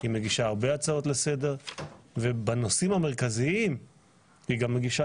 היא מגישה הרבה הצעות לסדר ובנושאים המרכזיים היא גם מגישה